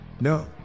No